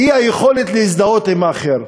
האי-יכולת להזדהות עם האחר.